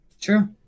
True